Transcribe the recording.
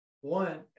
one